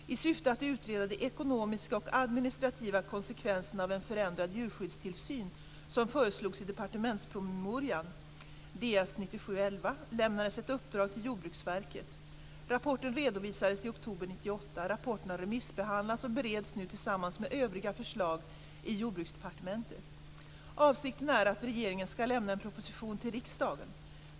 Rapporten redovisades i oktober 1998. Rapporten har remissbehandlats och bereds nu tillsammans med övriga förslag i Jordbruksdepartementet. Avsikten är att regeringen ska lämna en proposition till riksdagen.